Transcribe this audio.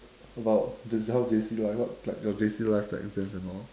about the how J_C life what's like your J_C life like exams and all